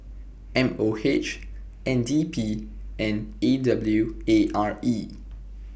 M O H N D P and A W A R E